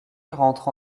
rentre